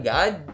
God